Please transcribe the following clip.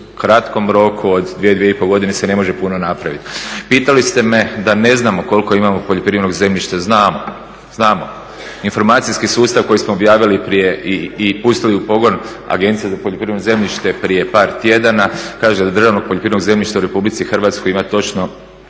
kratkom roku od dvije, dvije i pol godine se ne može puno napraviti. Pitali ste me da ne znamo koliko imamo poljoprivrednog zemljišta. Znamo, znamo. Informacijski sustav koji smo objavili prije i pustili u pogon, Agencija za poljoprivredno zemljište je prije par tjedana, kaže da državnog poljoprivrednog zemljišta u Republici Hrvatskoj ima točno